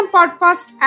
Podcast